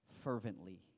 fervently